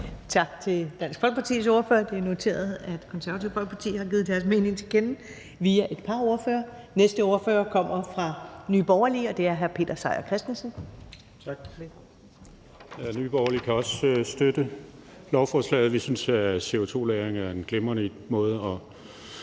Tak til Dansk Folkepartis ordfører. Det er noteret, at Det Konservative Folkeparti har givet deres mening til kende via et par ordførere. Næste ordfører kommer fra Nye Borgerlige, og det er hr. Peter Seier Christensen Kl. 16:05 (Ordfører) Peter Seier Christensen (NB): Tak for det. Nye Borgerlige kan også støtte lovforslaget. Vi synes, at CO2-lagring er en glimrende måde at